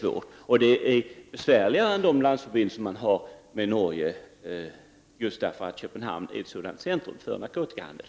Problemen är besvärligare än dem vi har med landförbindelserna med Norge just därför att Köpenhamn är ett centrum för narkotikahandeln.